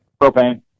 Propane